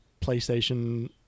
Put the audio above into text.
playstation